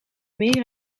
meer